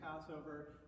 Passover